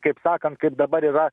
kaip sakant kaip dabar yra